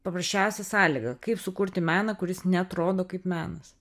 paprasčiausia sąlyga kaip sukurti meną kuris neatrodo kaip menas